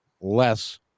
less